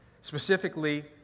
Specifically